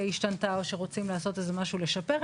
השתנתה או שרוצים לעשות איזה משהו לשפר,